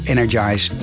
Energize